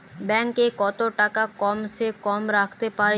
Bank এ কত টাকা কম সে কম রাখতে পারি?